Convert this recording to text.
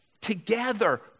Together